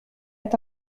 est